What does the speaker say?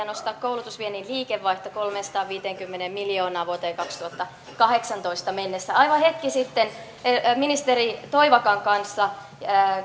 nostaa koulutusviennin liikevaihto kolmeensataanviiteenkymmeneen miljoonaan vuoteen kaksituhattakahdeksantoista mennessä aivan hetki sitten ministeri toivakan kanssa